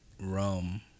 rum